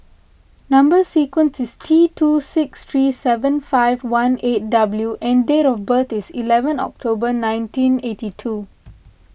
Number Sequence is T two six three seven five one eight W and date of birth is eleven October nineteen eighty two